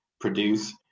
produce